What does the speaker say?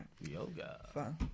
yoga